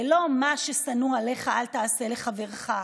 זה לא מה ששנוא עליך אל תעשה לחברך,